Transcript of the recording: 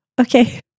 Okay